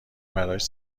براش